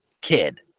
kid